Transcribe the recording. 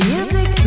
Music